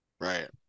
Right